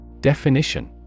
Definition